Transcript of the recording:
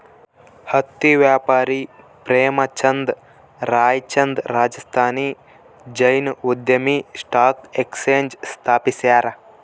ಹತ್ತಿ ವ್ಯಾಪಾರಿ ಪ್ರೇಮಚಂದ್ ರಾಯ್ಚಂದ್ ರಾಜಸ್ಥಾನಿ ಜೈನ್ ಉದ್ಯಮಿ ಸ್ಟಾಕ್ ಎಕ್ಸ್ಚೇಂಜ್ ಸ್ಥಾಪಿಸ್ಯಾರ